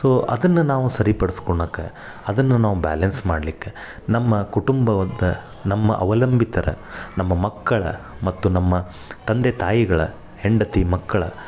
so ಅದನ್ನು ನಾವು ಸರಿ ಪಡ್ಸ್ಕೊಳಕ್ಕ ಅದನ್ನು ನಾವು ಬ್ಯಾಲೆನ್ಸ್ ಮಾಡ್ಲಿಕ್ಕೆ ನಮ್ಮ ಕುಟುಂಬವನ್ನು ನಮ್ಮ ಅವಲಂಬಿತರ ನಮ್ಮ ಮಕ್ಕಳ ಮತ್ತು ನಮ್ಮ ತಂದೆ ತಾಯಿಗಳ ಹೆಂಡತಿ ಮಕ್ಕಳ